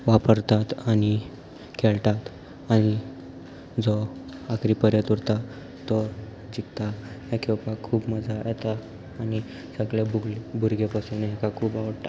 वापरतात आनी खेळटात आनी जो आखरी पर्यंत उरता तो जिखता हें खेळपाक खूब मजा येता आनी सगळे भुरगे पसून हेका खूब आवडटा